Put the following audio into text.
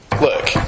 Look